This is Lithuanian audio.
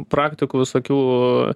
praktikų visokių